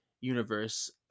universe